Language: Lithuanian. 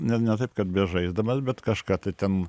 n ne taip kad bežaisdamas bet kažką ten